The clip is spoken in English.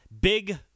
big